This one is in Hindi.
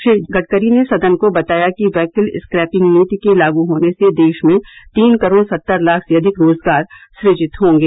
श्री गडकरी ने सदन को बताया कि व्हीकल स्क्रैपिंग नीति के लागू होने से देश में तीन करोड़ सत्तर लाख से अधिक रोजगार सृजित होंगे